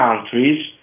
countries